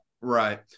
Right